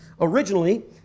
Originally